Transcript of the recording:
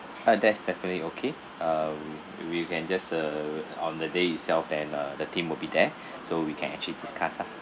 ah that's definitely okay uh we can just uh on the day itself then uh the team will be there so we can actually discuss ah